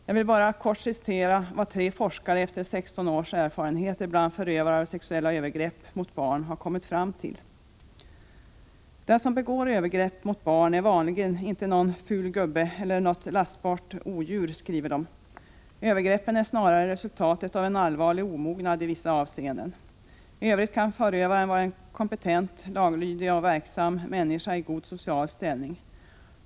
Jag vill här kort citera vad tre forskare med 16 års erfarenhet av arbete bland förövare av sexuella övergrepp mot barn har kommit fram till: ”Den som begår övergrepp mot barn är vanligen inte någon ”ful gubbe” eller något lastbart odjur. Övergreppen är snarare resultat av en allvarlig omognad i vissa avseenden. I övrigt kan förövaren vara en kompetent, laglydig och verksam människa i god social ställning.